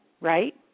right